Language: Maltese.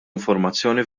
informazzjoni